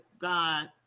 God